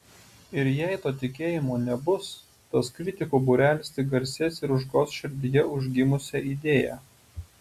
ir jei to tikėjimo nebus tas kritikų būrelis tik garsės ir užgoš širdyje užgimusią idėją